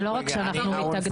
זה לא רק שאנחנו מתאגדות,